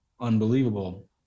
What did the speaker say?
unbelievable